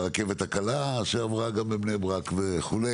לרכבת הקלה שעברה גם בבני ברק וכו'.